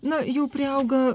na jų priauga